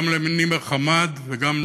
גם לנימר חמאד וגם לנו,